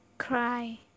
Cry